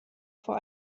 vor